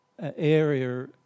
area